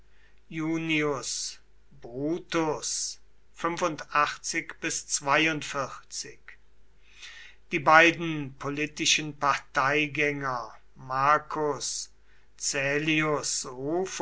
iunius brutus die beiden politischen parteigänger marcus caelius